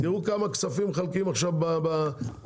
תראו כמה כספים מחלקים עכשיו בתקציב,